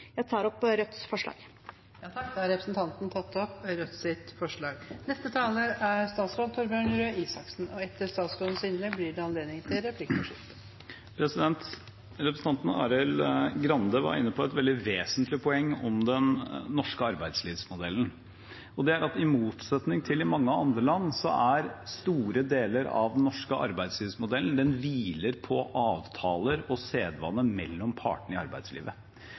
Jeg tar opp Rødts forslag. Representanten Seher Aydar har tatt opp det forslaget hun refererte til. Representanten Arild Grande var inne på et veldig vesentlig poeng om den norske arbeidslivsmodellen. Det er at i motsetning til i mange andre land hviler store deler av den norske arbeidslivsmodellen på sedvane og avtaler mellom partene i arbeidslivet.